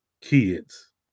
kids